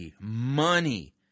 money